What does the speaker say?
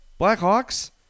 Blackhawks